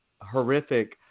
horrific